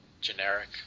Generic